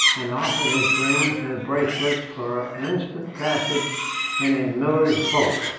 and offered his rings and bracelets for an instant passage in a miller's boat.